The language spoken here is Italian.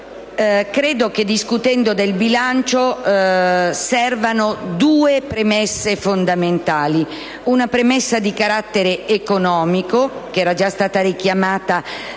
Credo che discutendo del bilancio servano due premesse fondamentali. Una è di carattere economico, ed era già stata richiamata